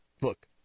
look